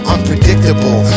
Unpredictable